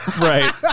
Right